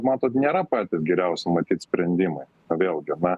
matot nėra patys geriausi matyt sprendimai vėlgi na